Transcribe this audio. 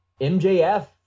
MJF